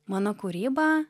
mano kūryba